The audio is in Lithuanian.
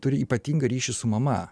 turi ypatingą ryšį su mama